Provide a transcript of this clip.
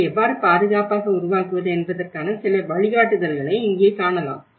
அதை எவ்வாறு பாதுகாப்பாக உருவாக்குவது என்பதற்கான சில வழிகாட்டுதல்களை இங்கே காணலாம்